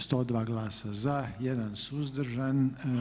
102 glasa za, 1 suzdržan.